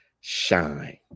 shine